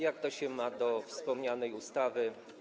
Jak to się ma do wspomnianej ustawy?